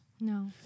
No